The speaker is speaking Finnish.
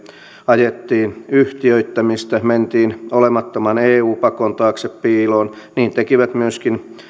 ajettiin yhtiöittämistä mentiin olemattoman eu pakon taakse piiloon niin tekivät myöskin